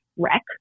wreck